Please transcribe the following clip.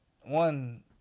one